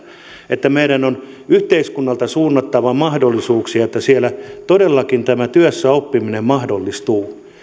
että meidän on yhteiskunnalta suunnattava mahdollisuuksia että siellä todellakin tämä työssäoppiminen mahdollistuu